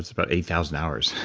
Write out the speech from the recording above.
about eight thousand hours,